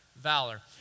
valor